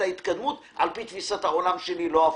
ההתקדמות על פי תפיסת העולם שלי, לא להיפך.